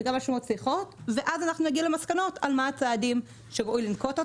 ואז נגיע למסקנות על הצעדים שצריך לנקוט,